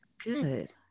good